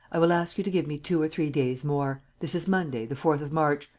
i will ask you to give me two or three days more. this is monday, the fourth of march.